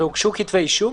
הוגשו גם כתבי אישום?